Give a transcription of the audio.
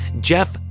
Jeff